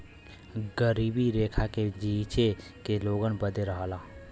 गरीबी रेखा के नीचे के लोगन बदे रहल